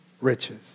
riches